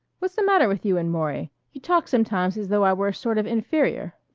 what's the matter with you and maury? you talk sometimes as though i were a sort of inferior.